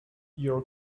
your